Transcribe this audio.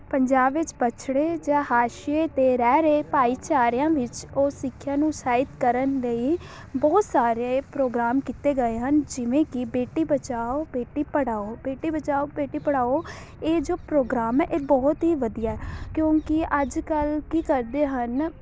ਪੰਜਾਬ ਵਿੱਚ ਪਛੜੇ ਜਾਂ ਹਾਸ਼ੀਏ 'ਤੇ ਰਹਿ ਰਹੇ ਭਾਈਚਾਰਿਆਂ ਵਿੱਚ ਉਹ ਸਿੱਖਿਆ ਨੂੰ ਉਤਸ਼ਾਹਿਤ ਕਰਨ ਲਈ ਬਹੁਤ ਸਾਰੇ ਪ੍ਰੋਗਰਾਮ ਕੀਤੇ ਗਏ ਹਨ ਜਿਵੇਂ ਕਿ ਬੇਟੀ ਬਚਾਓ ਬੇਟੀ ਪੜਾਓ ਬੇਟੀ ਬਚਾਓ ਬੇਟੀ ਪੜਾਓ ਇਹ ਜੋ ਪ੍ਰੋਗਰਾਮ ਹੈ ਇਹ ਬਹੁਤ ਹੀ ਵਧੀਆ ਕਿਉਂਕਿ ਅੱਜ ਕੱਲ੍ਹ ਕੀ ਕਰਦੇ ਹਨ